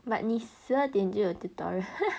but 你十二点就有 tutorial